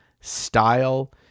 style